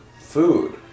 food